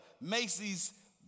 Macy's